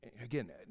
Again